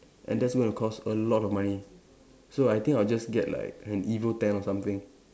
and that's going to cost a lot of money so I think I'll just get like an evo ten or something